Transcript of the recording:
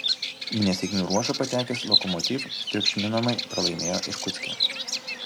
į nesėkmių ruožą patekęs lokomotiv triuškinamai pralaimėjo irkutske